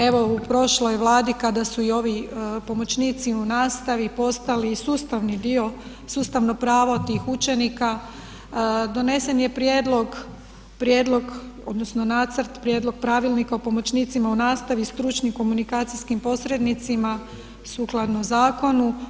Evo u prošloj Vladi kada su i ovi pomoćnici u nastavi postali sustavni dio, sustavno pravo tih učenika, donesen je prijedlog odnosno nacrt, odnosno prijedlog pravilnika o pomoćnicima u nastavi i stručnim komunikacijskim posrednicima sukladno zakonu.